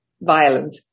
violent